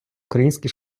українські